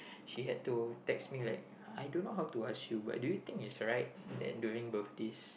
she had to text me like I don't know how to ask you but do you think it's right that during birthdays